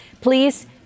please